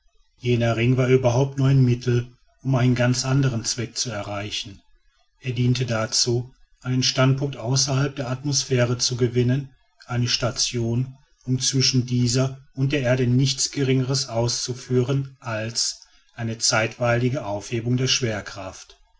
jener ring war überhaupt nur ein mittel um einen ganz andern zweck zu erreichen er diente dazu einen standpunkt außerhalb der atmosphäre der erde zu gewinnen eine station um zwischen dieser und der erde nichts geringeres auszuführen als eine zeitweilige aufhebung der schwerkraft